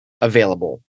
available